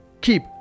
keep